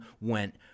went